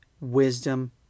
wisdom